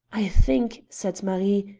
i think, said marie,